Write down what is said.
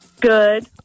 Good